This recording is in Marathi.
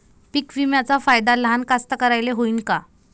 पीक विम्याचा फायदा लहान कास्तकाराइले होईन का?